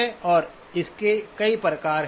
और इसके कई प्रकार हैं